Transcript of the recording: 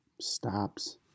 stops